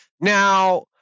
Now